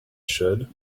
should